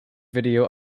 video